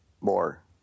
more